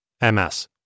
MS